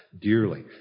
dearly